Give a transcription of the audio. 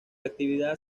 actividad